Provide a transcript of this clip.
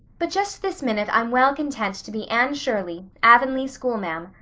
but just this minute i'm well content to be anne shirley, avonlea schoolma'am,